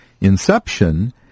Inception